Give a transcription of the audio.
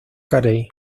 carey